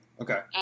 Okay